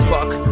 Fuck